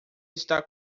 está